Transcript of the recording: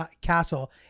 castle